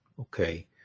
Okay